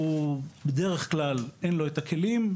בדרך כלל אין לו את הכלים.